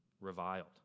reviled